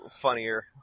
funnier